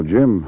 Jim